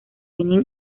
benín